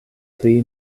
pli